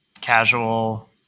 casual